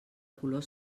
color